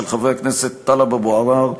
של חברי הכנסת טלב אבו עראר,